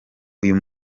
uyu